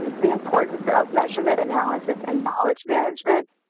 the importance of measurement analysis and knowledge management,